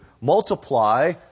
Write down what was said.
multiply